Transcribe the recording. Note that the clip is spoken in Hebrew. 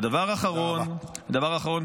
ודבר אחרון,